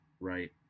Right